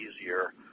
easier